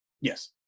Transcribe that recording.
Yes